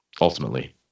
ultimately